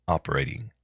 operating